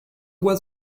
was